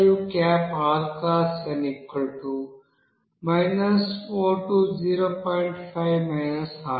5 RT R విలువ 8